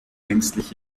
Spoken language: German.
ängstlich